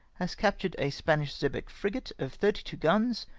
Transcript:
has captured a spanish xebec frigate of thirty two guns,